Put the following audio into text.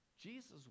Jesus